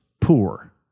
poor